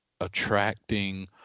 attracting